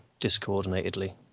discoordinatedly